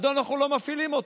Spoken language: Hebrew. מדוע אנחנו לא מפעילים אותה?